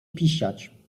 pisiać